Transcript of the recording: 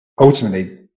ultimately